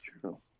true